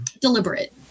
deliberate